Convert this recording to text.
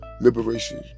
Liberation